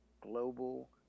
global